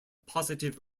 positive